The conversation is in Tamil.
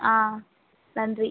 ஆ நன்றி